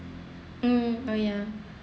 mm ya